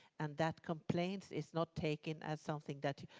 and that complaint is not taken as something that,